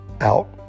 out